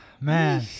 Man